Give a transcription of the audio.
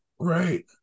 Right